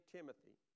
Timothy